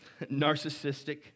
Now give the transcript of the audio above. narcissistic